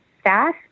staff